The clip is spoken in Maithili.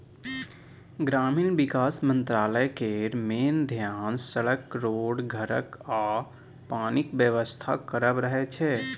ग्रामीण बिकास मंत्रालय केर मेन धेआन सड़क, रोड, घरक आ पानिक बेबस्था करब रहय छै